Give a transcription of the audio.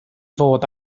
fod